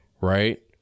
Right